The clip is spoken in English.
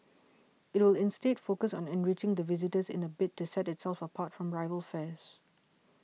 it will instead focus on enriching the visitor's in a bid to set itself apart from rival fairs